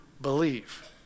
believe